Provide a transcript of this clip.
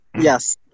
Yes